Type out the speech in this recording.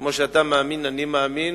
כמו שאתה מאמין, אני מאמין.